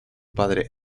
padre